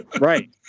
right